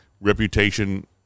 reputation